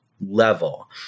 Level